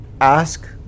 ask